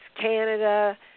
Canada